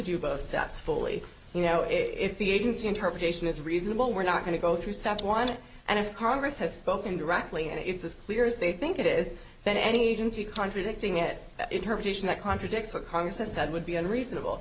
do both sets fully you know if the agency interpretation is reasonable we're not going to go through sept one and if congress has spoken directly and it's as clear as they think it is then any agency contradicting it in terms that contradicts what congress has said would be unreasonable